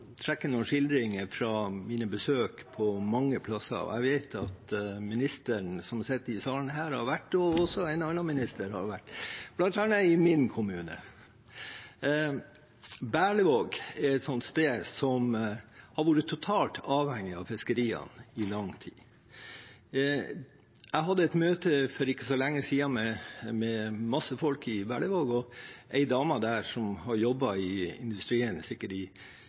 noen skildringer fra mine besøk på mange steder. Jeg vet at statsråden som sitter i salen, også har vært på besøk, og også en annen statsråd har vært bl.a. i min kommune. Berlevåg er et sted som har vært totalt avhengig av fiskeriene i lang tid. Jeg hadde for ikke så lenge siden et møte med masse folk i Berlevåg. En dame som har jobbet i industrien